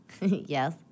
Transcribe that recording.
Yes